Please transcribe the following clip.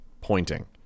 pointing